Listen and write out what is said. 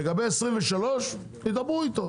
לגבי 23' ידברו איתו.